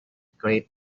great